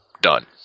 done